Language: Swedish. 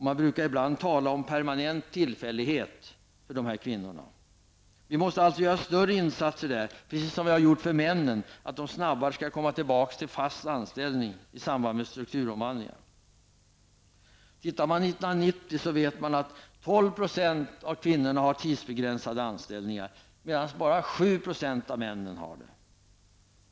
Man brukar ibland tala om permanent tillfällighet för dessa kvinnor. Vi måste alltså göra större insatser där, precis som vi har gjort för männen, för att de snabbare skall komma tillbaka till fast anställning i samband med strukturomvandlingar. 1990 hade 12 % av kvinnorna tidsbegränsade anställningar, medan bara 7 % av männen hade det.